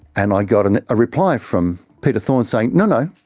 and i got and a reply from peter thorne saying, no, no,